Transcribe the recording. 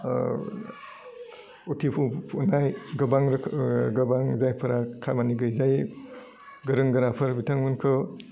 उथ्रिफुनाय गोबां रोखोम गोबां जायफोरा खामानि गैजायै गोरों गोराफोर बिथांमोनखौ